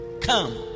Come